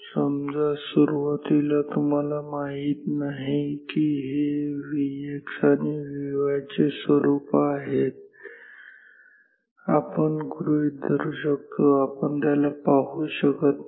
समजा सुरुवातीला तुम्हाला माहित नाही की हे Vx आणि Vy चे स्वरूपं आहेत आपण गृहीत धरू शकतो आपण त्याला पाहू शकत नाही